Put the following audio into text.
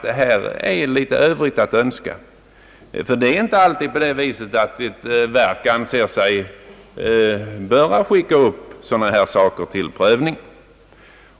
Det är nämligen inte alltid så, att ett verk anser sig böra skicka upp sina egna ärenden till prövning.